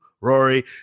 Rory